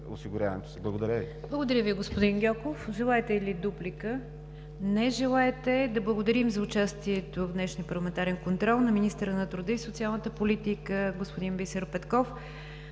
Ви. ПРЕДСЕДАТЕЛ НИГЯР ДЖАФЕР: Благодаря Ви, господин Гьоков. Желаете ли дуплика? Не желаете. Да благодарим за участието в днешния парламентарен контрол на министъра на труда и социалната политика господин Бисер Петков.